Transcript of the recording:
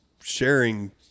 sharing